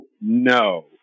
no